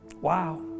wow